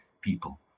people